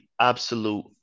absolute